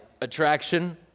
attraction